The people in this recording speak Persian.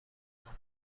آنها